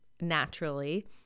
naturally